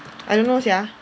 I don't know sia